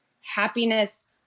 happiness